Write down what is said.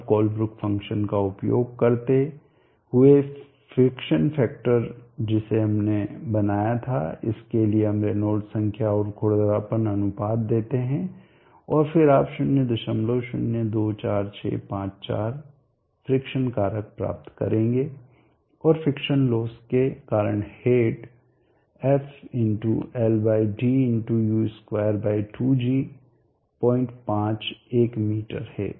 अब Colebrook function का उपयोग करते हुए फ़िक्शन फैक्टर जिसे हमने बनाया था इसके लिए हम रेनॉल्ड्स संख्या और खुरदरापन अनुपात देते हैं और फिर आप 0024654 फिक्शन कारक प्राप्त करेंगे और फिक्शन लॉस के कारण हेड fLdu22g 051 मीटर है